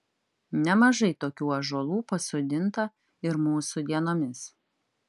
nemažai tokių ąžuolų pasodinta ir mūsų dienomis